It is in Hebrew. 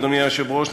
אדוני היושב-ראש,